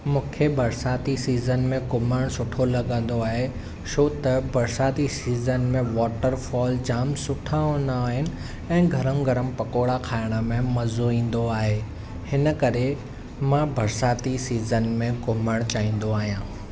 मूंखे बरसाती सीज़न में घुमणु सुठो लॻंदो आहे छो त बरसाती सीज़न में वाटरफ़ाॅल जाम सुठा हूंदा आहिनि ऐं गर्म गर्म पकोड़ा खाइणु में मज़ो ईंदो आहे हिन करे मां बरसाती सीज़न में घुमणु चाहींदो आहियां